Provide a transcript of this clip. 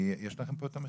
יש לכם פה את המכתב?